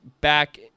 back